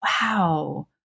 Wow